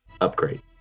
Upgrade